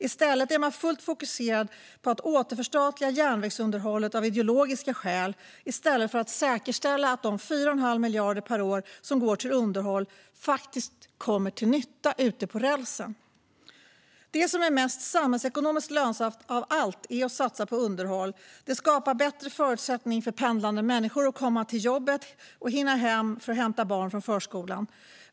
Man är fullt fokuserad på att återförstatliga järnvägsunderhållet av ideologiska skäl i stället för att säkerställa att de 4 1⁄2 miljarder per år som går till underhåll faktiskt kommer till nytta ute på rälsen. Det som är mest samhällsekonomiskt lönsamt av allt är att satsa på underhåll. Det skapar bättre förutsättningar för pendlande människor att komma till jobbet och hinna hem för att hämta barn från förskolan.